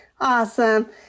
awesome